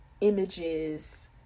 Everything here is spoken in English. images